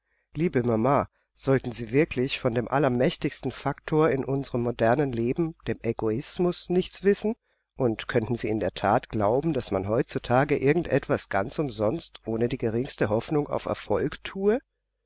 liebe mama sollten sie wirklich von dem allermächtigsten faktor in unserem modernen leben dem egoismus nichts wissen und könnten sie in der that glauben daß man heutzutage irgend etwas ganz umsonst ohne die geringste hoffnung auf erfolg thue